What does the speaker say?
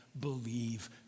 believe